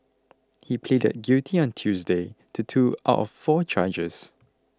he pleaded guilty on Tuesday to two out of four charges